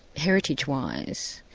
heritage wise,